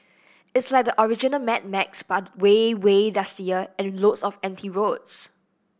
it's like the original Mad Max but way way dustier and lots of empty roads